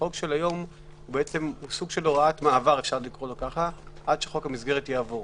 החוק של היום הוא סוג של הוראת מעבר עד שחוק המסגרת יעבור.